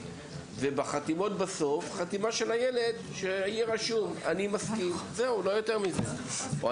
ובחתימות בסוף חתימה של הילד שיהיה רשום: אני מסכים או מאשר.